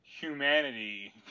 humanity